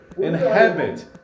inhabit